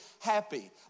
happy